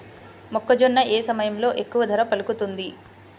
మొక్కజొన్న ఏ సమయంలో ఎక్కువ ధర పలుకుతుంది?